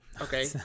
okay